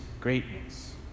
greatness